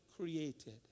created